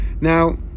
Now